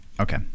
Okay